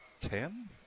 Ten